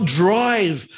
drive